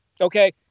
Okay